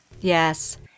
Yes